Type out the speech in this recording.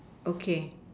okay